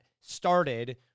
started